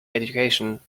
education